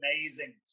amazing